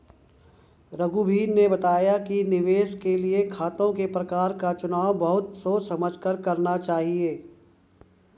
रघुवीर ने बताया कि निवेश के लिए खातों के प्रकार का चुनाव बहुत सोच समझ कर करना चाहिए